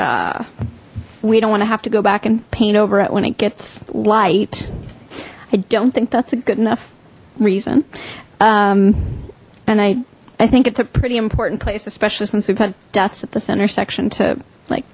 we don't want to have to go back and paint over it when it gets light i don't think that's a good enough reason and i i think it's a pretty important place especially since we've had debts at the center section to like